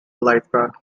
lifeguard